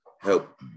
help